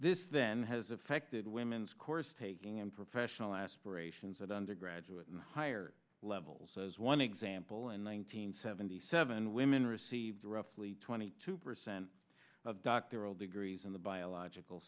this then has affected women's course taking in professional aspirations at undergraduate and higher levels as one example in one nine hundred seventy seven women received roughly twenty two percent of doctoral degrees in the biological